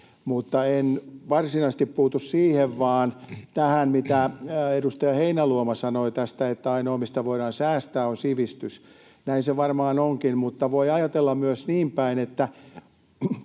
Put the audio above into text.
en varsinaisesti puutu siihen, vaan tähän, mitä edustaja Heinäluoma sanoi tästä, että ainoa, mistä voidaan säästää, on sivistys. Näin se varmaan onkin. Mutta voi ajatella myös niin päin, että